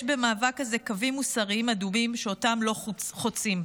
יש במאבק הזה קווים מוסריים אדומים שאותם לא חוצים.